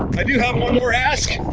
i do have one more ask,